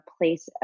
place